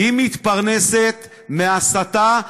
היא מתפרנסת מהסתה,